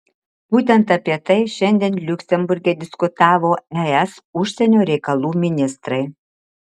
būtent apie tai šiandien liuksemburge diskutavo es užsienio reikalų ministrai